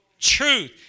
Truth